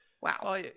Wow